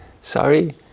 sorry